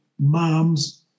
Moms